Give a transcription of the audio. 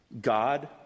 God